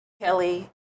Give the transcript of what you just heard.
Kelly